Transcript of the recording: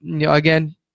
again